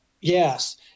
Yes